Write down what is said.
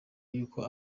y’uko